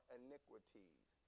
iniquities